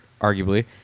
arguably